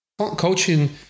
Coaching